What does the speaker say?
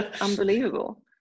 unbelievable